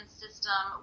system